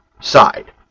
Side